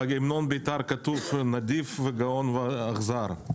בהימנון בית"ר כתוב: נדיב, גאון ואכזר.